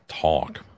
talk